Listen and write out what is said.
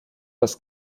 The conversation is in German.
das